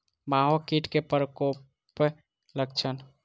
माहो कीट केँ प्रकोपक लक्षण?